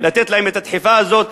לתת להם את הדחיפה הזאת.